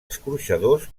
escorxadors